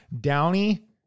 downy